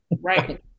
Right